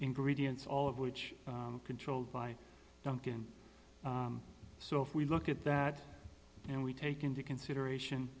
ingredients all of which are controlled by duncan so if we look at that and we take into consideration